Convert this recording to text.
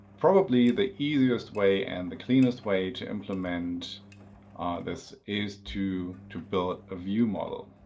probably the easiest way and the cleanest way to implement this is to to build a view model.